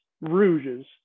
rouges